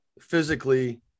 physically –